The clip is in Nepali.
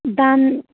दाम